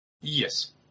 Yes